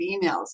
emails